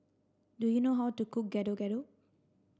do you know how to cook Gado Gado